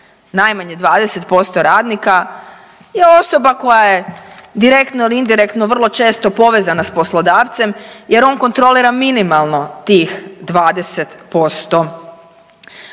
najmanje 20% radnika je osoba koja je direktno ili indirektno vrlo često povezana s poslodavcem jer on kontrolira minimalno tih 20%